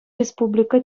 республика